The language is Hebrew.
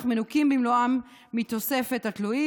אך מנוכים במלואם מתוספת התלויים.